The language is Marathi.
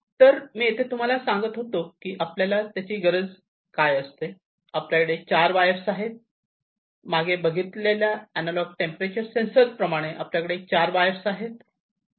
तर येथे मी तुम्हाला सांगत होतो की आपल्याला त्याची काय गरज असते आपल्याकडे चार वायर्स आहेत मागे बघितलेल्या अँनालाँग टेंपरेचर सेन्सर प्रमाणे आपल्याकडे चार वायर्स आहेत